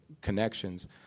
connections